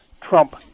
Trump